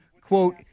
quote